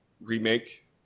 remake